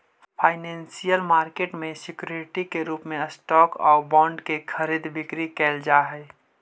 financial market में security के रूप में स्टॉक आउ बॉन्ड के खरीद बिक्री कैल जा हइ